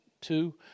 two